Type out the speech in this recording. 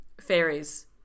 fairies